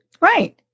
Right